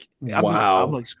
Wow